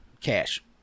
Cash